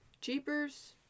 jeepers